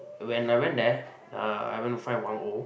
when I went there uh I went to find